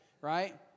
right